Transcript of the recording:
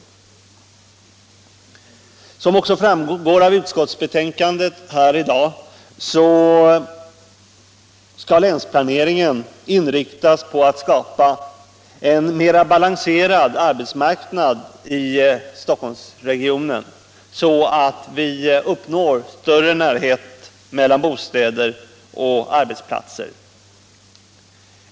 Såsom också framgår av utskottsbetänkandet skall länsplaneringen inriktas på att skapa en mera balanserad arbetsmarknad i Stockholmsregionen, så att vi uppnår större närhet mellan bostäder och arbetsplatser.